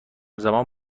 زمان